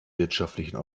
wirtschaftlichen